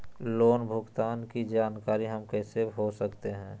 Loan भुगतान की जानकारी हम कैसे हो सकते हैं?